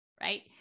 right